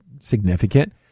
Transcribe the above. significant